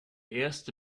erste